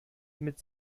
mit